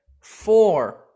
Four